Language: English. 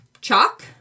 Chalk